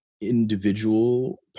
individual